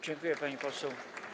Dziękuję, pani poseł.